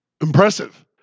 Impressive